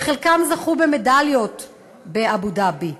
וחלקם זכו במדליות באבו-דאבי.